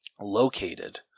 located